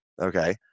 Okay